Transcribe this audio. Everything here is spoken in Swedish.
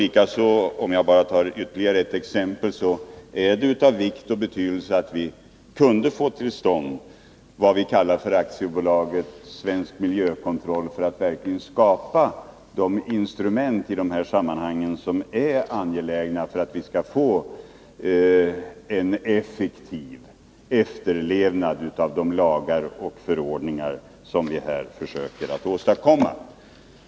Likaså är det — om jag tar bara ytterligare ett exempel — av vikt och betydelse att vi kan få till stånd vad vi kallar AB Svensk Miljökontroll för att verkligen skapa de instrument i de här sammanhangen som är angelägna, om vi skall få en effektiv efterlevnad av de lagar och förordningar som vi här försöker att åstadkomma.